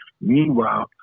Meanwhile